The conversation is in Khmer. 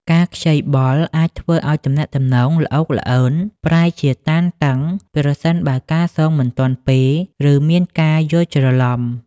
ការខ្ចីបុលអាចធ្វើឲ្យទំនាក់ទំនងល្អូកល្អឺនប្រែជាតានតឹង ប្រសិនបើការសងមិនទាន់ពេល ឬមានការយល់ច្រឡំ។